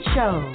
Show